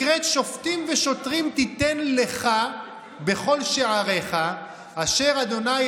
הקראת: "שפטים ושטרים תתן לך בכל שעריך אשר ה'